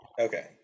Okay